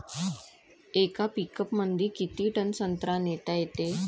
येका पिकअपमंदी किती टन संत्रा नेता येते?